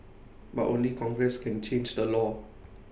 but only congress can change the law